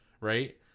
right